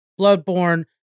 bloodborne